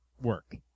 work